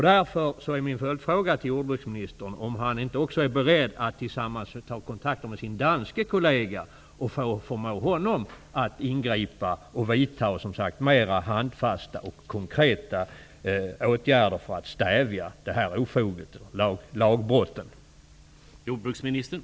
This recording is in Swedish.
Därför är min följdfråga: Är jordbruksministern beredd att ta kontakt med sin danske kollega och förmå honom att ingripa och vidta mera handfasta och konkreta åtgärder för att stävja detta ofog och dessa lagbrott?